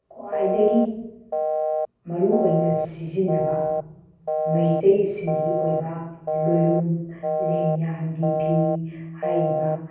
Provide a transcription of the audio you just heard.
ꯈ꯭ꯋꯥꯏꯗꯒꯤ ꯃꯔꯨ ꯑꯣꯏꯅ ꯁꯤꯖꯤꯟꯅꯕ ꯃꯩꯇꯩꯁꯤꯡꯒꯤ ꯑꯣꯏꯕ ꯂꯣꯏꯔꯨꯝ ꯂꯦꯡꯌꯥꯟꯒꯤ ꯐꯤ ꯍꯥꯏꯔꯤꯕ